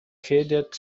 cadet